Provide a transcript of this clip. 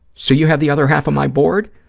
so you have the other half of my board?